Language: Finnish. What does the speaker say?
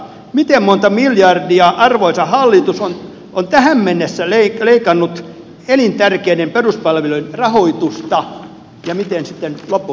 miten monta miljardia arvoisa hallitus on tähän mennessä leikannut elintärkeiden peruspalveluiden rahoitusta ja miten sitten loppukausi menee